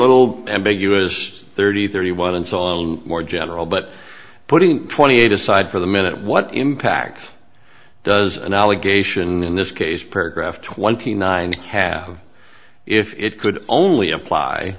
little ambiguous thirty thirty one and so on more general but putting twenty eight aside for the minute what impact does an allegation in this case paragraph twenty nine have if it could only apply